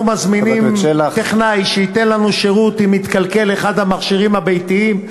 אנחנו מזמינים טכנאי שייתן לנו שירות אם התקלקל אחד המכשירים הביתיים.